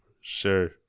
Sure